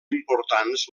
importants